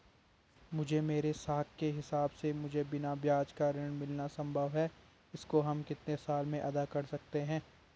मुझे मेरे साख के हिसाब से मुझे बिना ब्याज का ऋण मिलना संभव है इसको हम कितने साल में अदा कर सकते हैं?